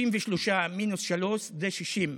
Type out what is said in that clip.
63 מינוס שלושה זה 60,